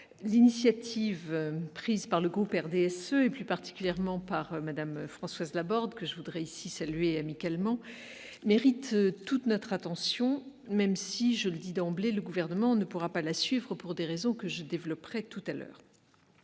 l'initiative prise par le groupe RDSE et plus particulièrement par madame Françoise Laborde, que je voudrais ici saluer amicalement mérite toute notre attention, même si je le dis d'emblée le gouvernement ne pourra pas la suivre, pour des raisons que je développerai tout à l'heure,